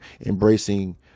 embracing